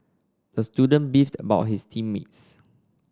the student beefed about his team mates